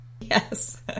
Yes